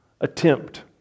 attempt